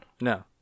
no